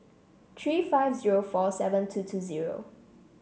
three five zero four seven two two zero